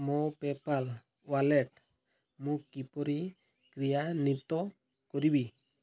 ମୋ PayPal wallet ମୁଁ କିପରି କ୍ରିୟାନ୍ଵିତ କରିବି